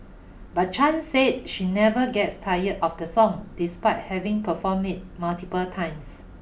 but Chan said she never gets tired of the song despite having performed it multiple times